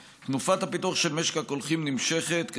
תנופת הפיתוח של משק הקולחים נמשכת,